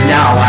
Now